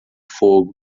fogo